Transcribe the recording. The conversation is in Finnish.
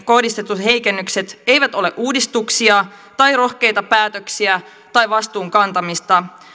kohdistetut heikennykset eivät ole uudistuksia tai rohkeita päätöksiä tai vastuun kantamista